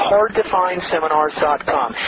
HardToFindSeminars.com